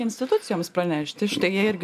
institucijoms pranešti štai jie irgi